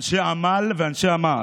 אנשי עמל ואנשי מעש,